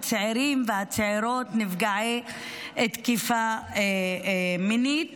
הצעירים והצעירות נפגעי תקיפה מינית,